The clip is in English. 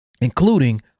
including